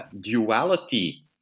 duality